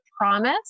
promise